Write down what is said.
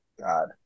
God